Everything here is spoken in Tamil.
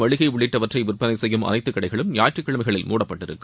மளிகை உள்ளிட்டவற்றை விற்பனை செய்யும் அனைத்து கடைகளும் ஞாயிற்றுக்கிழமைகளில் மூடப்பட்டிருக்கும்